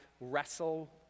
wrestle